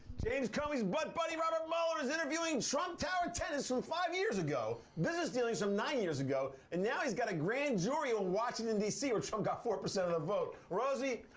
james comey's butt buddy, robert mueller is interviewing trump tower tenants from five years ago, business dealings from nine years ago and now he's got a grand jury in washington, d c. where trump got four percent of the vote. rosie,